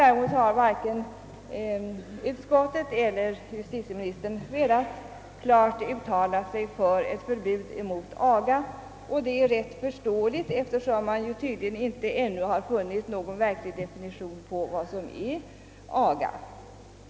Däremot har varken utskottet eller justitieministern klart velat uttala sig för ett förbud mot aga. Detta är ganska förståeligt, eftersom man ännu inte funnit någon riktig definition av vad som är aga.